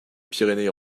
pyrénées